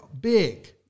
big